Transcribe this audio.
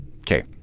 Okay